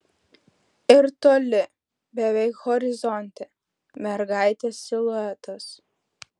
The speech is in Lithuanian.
ir toli beveik horizonte mergaitės siluetas